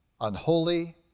unholy